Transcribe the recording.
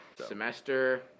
Semester